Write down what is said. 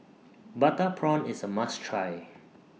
Butter Prawn IS A must Try